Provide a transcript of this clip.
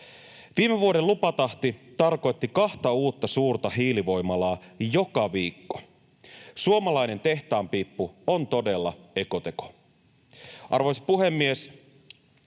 Viime vuoden lupatahti tarkoitti kahta uutta suurta hiilivoimalaa joka viikko. Suomalainen tehtaanpiippu on todella ekoteko. Arvoisa puhemies!